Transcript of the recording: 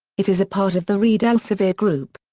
it is a part of the reed elsevier group.